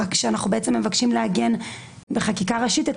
רק שאנחנו מבקשים לעגן בחקיקה ראשית את